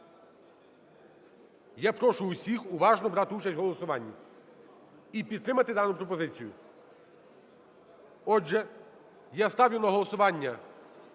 Я прошу всіх уважно брати участь в голосуванні і підтримати дану пропозицію. Отже, я ставлю на голосування